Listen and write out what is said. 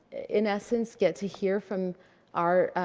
in essence, get to hear from our